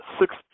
six